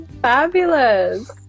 fabulous